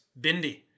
bindi